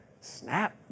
Snap